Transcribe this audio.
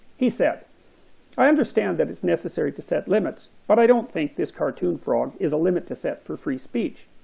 he said i understand that it's necessary to set the limits, but i don't think this cartoon frog is a limit to set for free speech.